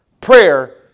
prayer